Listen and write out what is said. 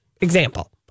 example